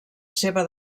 seva